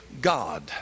God